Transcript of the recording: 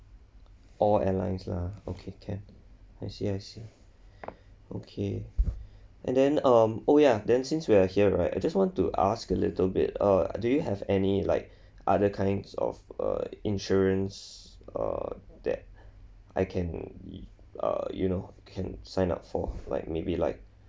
all airlines lah okay can I see I see okay and then um oh ya then since we are here right I just want to ask a little bit uh do you have any like other kinds of err insurances err that I can you err you know can sign up for like maybe like